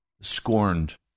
scorned